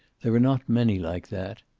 there are not many like that.